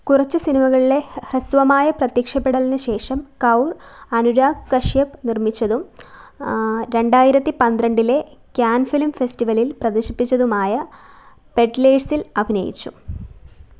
കുറച്ച് സിനിമകളിലെ ഹ്രസ്വമായ പ്രത്യക്ഷപ്പെടലിന് ശേഷം കൗർ അനുരാഗ് കശ്യപ് നിര്മ്മിച്ചതും രണ്ടായിരത്തി പന്ത്രണ്ടിലെ കാൻ ഫിലിം ഫെസ്റ്റിവലിൽ പ്രദർശിപ്പിച്ചതുമായ പെഡ്ലേഴ്സിൽ അഭിനയിച്ചു